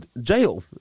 jail